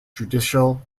judicial